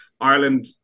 Ireland